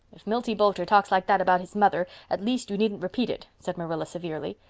if milty boulter talks like that about his mother at least you needn't repeat it, said marilla severely.